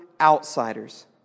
outsiders